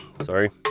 sorry